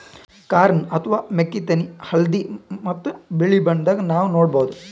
corn ಅಥವಾ ಮೆಕ್ಕಿತೆನಿ ಹಳ್ದಿ ಮತ್ತ್ ಬಿಳಿ ಬಣ್ಣದಾಗ್ ನಾವ್ ನೋಡಬಹುದ್